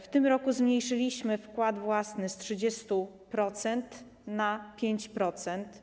W tym roku zmniejszyliśmy wkład własny z 30% do 5%.